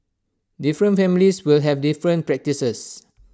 different families will have different practices